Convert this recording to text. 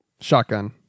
Shotgun